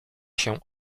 się